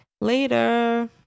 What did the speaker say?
later